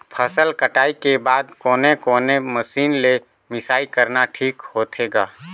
फसल कटाई के बाद कोने कोने मशीन ले मिसाई करना ठीक होथे ग?